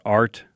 art